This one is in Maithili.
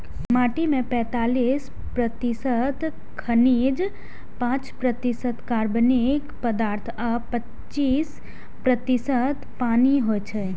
माटि मे पैंतालीस प्रतिशत खनिज, पांच प्रतिशत कार्बनिक पदार्थ आ पच्चीस प्रतिशत पानि होइ छै